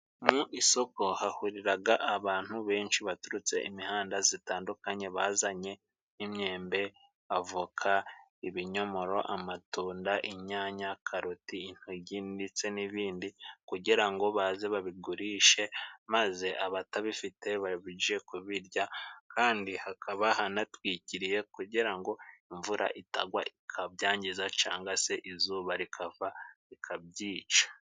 Mu isoko, hahuriraga abantu benshi baturutse imihanda zitandukanye bazanye nk'imyembe, avoka, ibinyomoro, amatunda, inyanya, karoti, intogi ndetse n'ibindi, kugira ngo baze babigurishe maze abatabifite baje kubirya, kandi hakaba hanatwikiriye kugira ngo imvura itagwa ikabyangiza cyangwa se izuba rikava rikabyica.